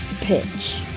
pitch